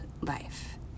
life